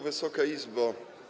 Wysoka Izbo!